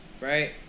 right